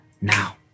now